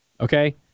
Okay